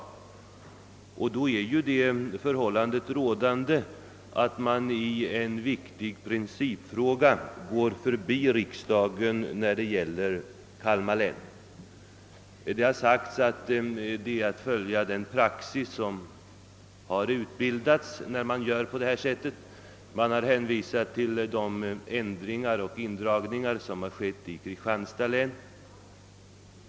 Det förhåller sig alltså så, att man i en viktig principfråga går förbi riksdagen när det gäller Kalmar län. Det har sagts att Kungl. Maj:ts beslut överensstämmer med den praxis som har utbildats, och man har hänvisat till de ändringar och indragningar som skett i Kristianstads län.